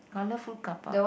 colourful carpark